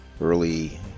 early